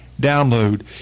download